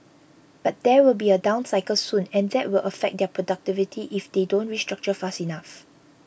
but there will be a down cycle soon and that will affect their productivity if they don't restructure fast enough